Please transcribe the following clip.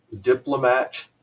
diplomat